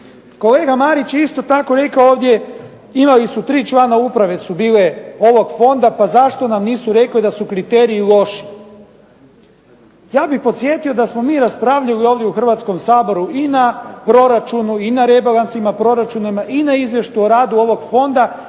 Kolega Marić je isto tako rekao ovdje, imali su 3 člana uprave su bile ovog fonda pa zašto nam nisu rekli da su kriteriji loši? Ja bih podsjetio da smo mi raspravljali ovdje u Hrvatskom saboru i na proračunu i na rebalansima proračuna i na izvještaju o radu ovog fonda